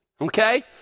okay